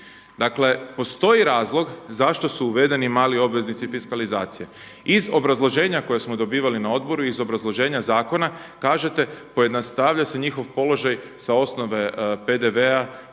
Dakle, postoji razlog zašto su uvedeni mali obveznici fiskalizacije. Iz obrazloženja koje smo dobivali na odboru i iz obrazloženja zakona kažete pojednostavljuje se njihov položaj s osnove PDV-a,